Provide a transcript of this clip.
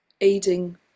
aiding